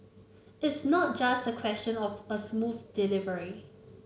it's not just a question of a smooth delivery